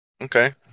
Okay